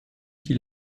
qui